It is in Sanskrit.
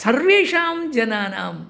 सर्वेषां जनानाम्